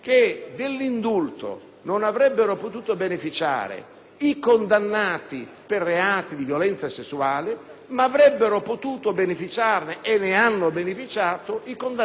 i condannati per reati di violenza sessuale, mentre avrebbero potuto beneficiarne - e ne hanno beneficiato - i condannati per omicidio.